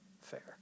fair